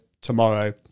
tomorrow